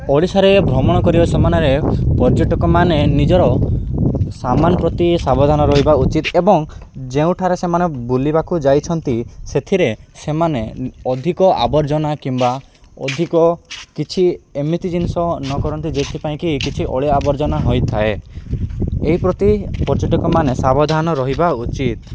ଓଡ଼ିଶାରେ ଭ୍ରମଣ କରିବା ସମୟରେ ପର୍ଯ୍ୟଟକ ମାନେ ନିଜର ସାମାନ ପ୍ରତି ସାବଧାନ ରହିବା ଉଚିତ ଏବଂ ଯେଉଁଠାରେ ସେମାନେ ବୁଲିବାକୁ ଯାଇଛନ୍ତି ସେଥିରେ ସେମାନେ ଅଧିକ ଆବର୍ଜନା କିମ୍ବା ଅଧିକ କିଛି ଏମିତି ଜିନିଷ ନ କରନ୍ତି ଯେଥିପାଇଁକି କିଛି ଅଳିଆ ଆବର୍ଜନା ହୋଇଥାଏ ଏହିପ୍ରତି ପର୍ଯ୍ୟଟକମାନେ ସାବଧାନ ରହିବା ଉଚିତ